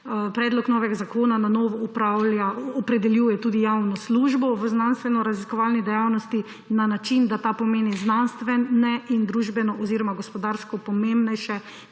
Predlog novega zakona na novo opredeljuje tudi javno službo v znanstvenoraziskovalni dejavnosti na način, da ta pomeni znanstvene in družbeno oziroma gospodarsko pomembnejše